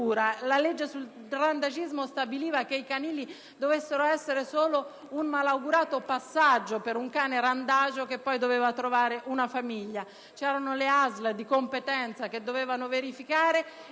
La legge sul randagismo stabiliva che i canili dovessero essere solo un malaugurato passaggio per un cane randagio, che poi avrebbe dovuto trovare una famiglia. Inoltre, le ASL di competenza dovevano condurre